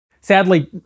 Sadly